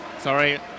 Sorry